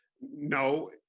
No